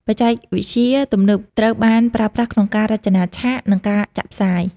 បច្ចេកវិទ្យា ទំនើបត្រូវបានប្រើប្រាស់ក្នុងការរចនាឆាក និងការចាក់ផ្សាយ។